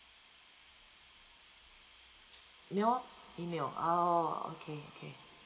mail email oh okay okay